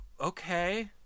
okay